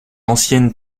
anciennes